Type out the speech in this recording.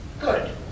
Good